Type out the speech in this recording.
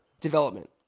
development